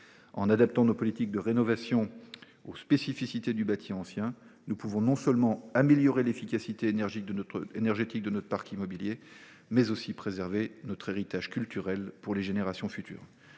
En adaptant nos politiques de rénovation aux spécificités du bâti ancien, nous pouvons non seulement améliorer l’efficacité énergétique de notre parc immobilier, mais aussi préserver notre héritage culturel pour les générations futures.